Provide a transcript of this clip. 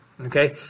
okay